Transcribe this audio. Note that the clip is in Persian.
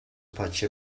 پاچه